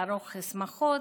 לערוך שמחות,